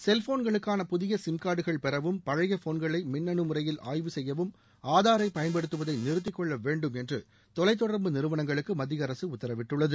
செல்போன்களுக்கான புதிய சிம்கார்டுகள் பெறவும் பழைய போன்களை மின்னனு முறையில் ஆய்வு செய்யவும் ஆதாரைப்பயன்படுத்துவதை நிறுத்திக்கொள்ள வேண்டும் என்று தொலைத்தொடர்பு நிறுவனங்களுக்கு மத்திய அரசு உத்தரவிட்டுள்ளது